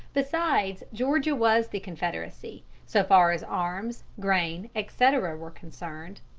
besides, georgia was the confederacy, so far as arms, grain, etc, were concerned.